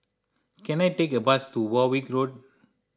can I take a bus to Warwick Road